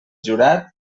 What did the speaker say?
jurat